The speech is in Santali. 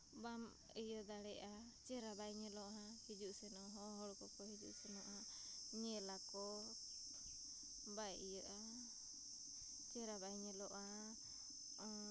ᱵᱟᱢ ᱤᱭᱟᱹ ᱫᱟᱲᱮᱭᱟᱜᱼᱟ ᱪᱮᱦᱨᱟ ᱵᱟᱭ ᱧᱮᱞᱚᱜᱼᱟ ᱦᱤᱡᱩᱜ ᱥᱮᱱᱚᱜ ᱦᱚᱸ ᱦᱚᱲ ᱠᱚᱠᱚ ᱦᱤᱡᱩᱜ ᱥᱮᱱᱚᱜᱼᱟ ᱧᱮᱞᱟᱠᱚ ᱵᱟᱭ ᱤᱭᱟᱹᱜᱼᱟ ᱪᱮᱦᱨᱟ ᱵᱟᱭ ᱧᱮᱞᱚᱜᱼᱟ